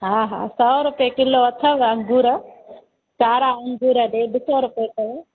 हा हा सौ रुपए किलो अथव अंगूर कारा अंगूर ॾेढु सौ रुपए अथव